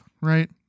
right